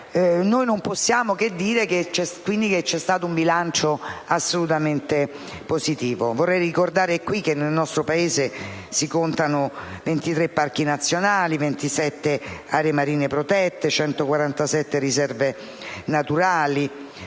non possiamo che dire che il bilancio è stato assolutamente positivo. Vorrei ricordare in questa sede che nel nostro Paese si contano 23 parchi nazionali, 27 aree marine protette, 147 riserve naturali